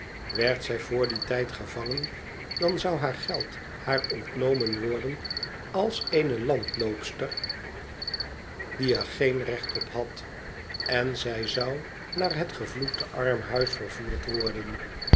werd zij voor dien tijd gevangen dan zou haar geld haar ontnomen worden als eene landloopster die er geen recht op had en zij zou naar het gevloekte armhuis vervoerd worden